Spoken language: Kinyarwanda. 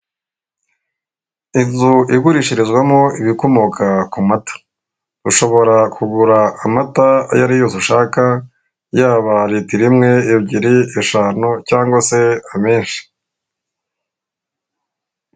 Inzu igurishirizwamo ibikomoka ku mata. Ushobora kugura amata ayo ari yose ushaka, yaba litiro imwe, ebyiri, eshanu, cyangwa se amenshi.